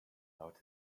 about